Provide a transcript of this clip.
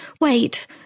Wait